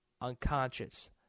unconscious